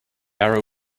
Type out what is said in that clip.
arrow